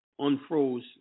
unfroze